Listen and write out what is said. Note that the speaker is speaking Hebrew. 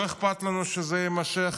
לא אכפת לנו שזה יימשך